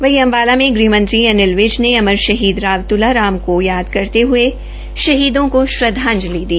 वहीं अम्बाला में गृहमंत्री अनिल वजि ने अमर शहीद राव तुलाराम को याद करते हये शहीदों को श्रदधांजलि दी